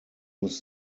muss